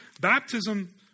baptism